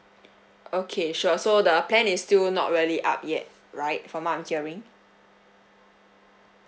okay sure so the plan is still not really up yet right from what I'm hearing